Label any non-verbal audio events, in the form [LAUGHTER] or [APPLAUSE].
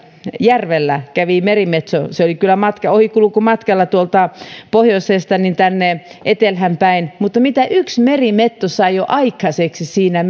järvellä kävi merimetso se oli kyllä ohikulkumatkalla tuolta pohjoisesta tänne etelään päin mutta mitä yksi merimetso sai jo aikaiseksi siinä [UNINTELLIGIBLE]